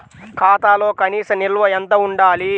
ఖాతాలో కనీస నిల్వ ఎంత ఉండాలి?